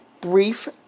brief